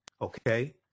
Okay